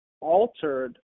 Altered